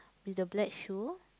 with the black shoe